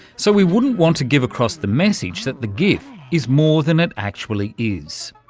so, we wouldn't want to give across the message that the gif is more than it actually is.